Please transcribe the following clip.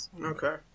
Okay